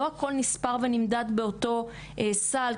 לא הכול נספר ונמדד באותו סל.